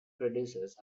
producers